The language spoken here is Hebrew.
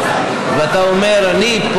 ואתה אומר פה: